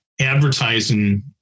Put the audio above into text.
advertising